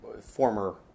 former